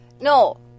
No